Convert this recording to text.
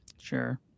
Sure